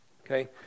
Okay